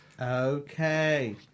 Okay